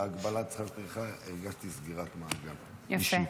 הגבלת שכר טרחה הרגשתי סגירת מעגל אישית.